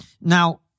Now